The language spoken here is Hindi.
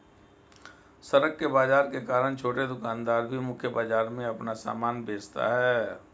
सड़क के बाजार के कारण छोटे दुकानदार भी मुख्य बाजार में अपना सामान बेचता है